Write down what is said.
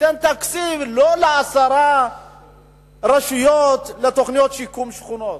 ניתן תקציב לא לעשר רשויות לתוכניות שיקום שכונות,